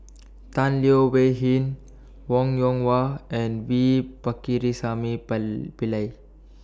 Tan Leo Wee Hin Wong Yoon Wah and V Pakirisamy Pillai